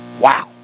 wow